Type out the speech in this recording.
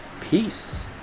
Peace